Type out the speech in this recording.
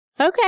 Okay